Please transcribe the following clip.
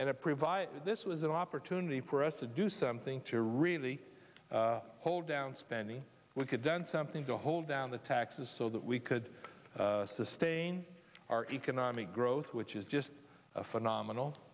provide this was an opportunity for us to do something to really hold down spending we could done something to hold down the taxes so that we could sustain our economic growth which is just phenomenal